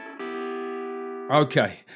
Okay